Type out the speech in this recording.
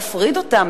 נפריד אותם,